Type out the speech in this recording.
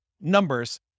numbers